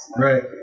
Right